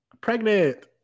pregnant